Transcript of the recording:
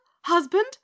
husband